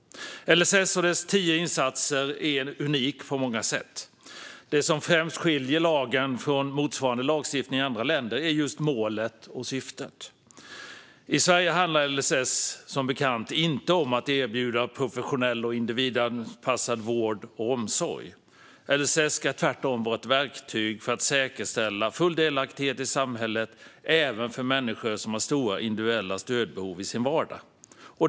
LSS och dess tio insatser är unik på många sätt. Det som främst skiljer lagen från motsvarande lagstiftning i andra länder är just målet och syftet. I Sverige handlar LSS som bekant inte om att erbjuda en professionell och individanpassad vård och omsorg. LSS ska tvärtom vara ett verktyg för att säkerställa full delaktighet i samhället även för människor som har stora individuella stödbehov i sin vardag.